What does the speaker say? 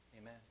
Amen